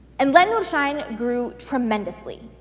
and let noor shine grew tremendously.